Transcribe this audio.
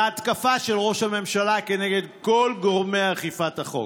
ההתקפה של ראש הממשלה נגד כל גורמי אכיפת החוק.